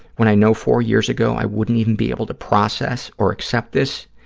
when i know four years ago i wouldn't even be able to process or accept this,